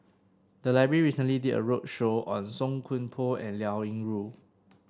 the library recently did a roadshow on Song Koon Poh and Liao Yingru